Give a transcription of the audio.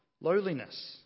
lowliness